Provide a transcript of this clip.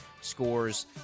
scores